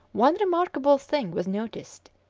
one remarkable thing was noticed,